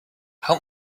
how